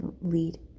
lead